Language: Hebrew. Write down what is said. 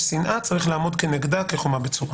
יש שנאה, צריך לעמוד כנגדה כחומה בצורה.